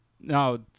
No